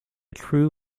true